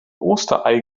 osterei